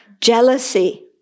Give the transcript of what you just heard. jealousy